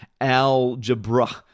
Algebra